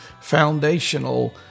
foundational